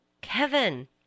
Kevin